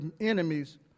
enemies